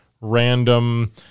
random